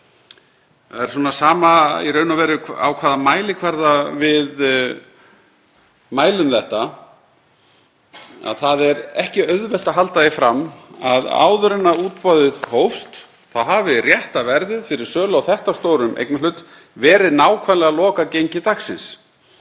Það er í raun og veru sama á hvaða mælikvarða við mælum þetta, það er ekki auðvelt að halda því fram að áður en útboðið hófst þá hafi rétta verðið fyrir sölu á þetta stórum eignarhlut verið nákvæmlega lokagengi dagsins.